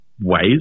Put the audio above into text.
ways